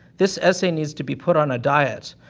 this essay needs to be put on a diet,